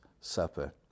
Supper